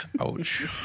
Ouch